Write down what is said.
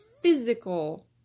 physical